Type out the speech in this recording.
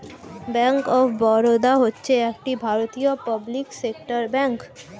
bank of Baroda হচ্ছে একটি ভারতীয় পাবলিক সেক্টর ব্যাঙ্ক